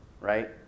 Right